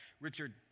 Richard